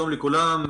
שלום לכולם,